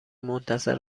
منتظر